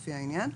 לפי העניין,